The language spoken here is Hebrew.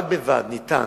ניתן,